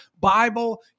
Bible